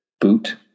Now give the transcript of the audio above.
boot